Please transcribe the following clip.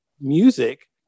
music